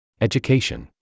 Education